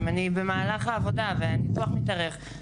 אם אני במהלך העבודה והניתוח מתארך,